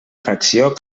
fracció